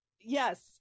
Yes